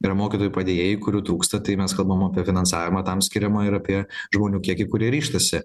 yra mokytojų padėjėjai kurių trūksta tai mes kalbam apie finansavimą tam skiriamą ir apie žmonių kiekį kurie ryžtasi